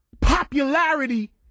popularity